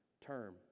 term